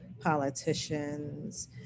politicians